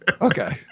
Okay